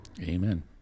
Amen